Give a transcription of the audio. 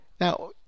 Now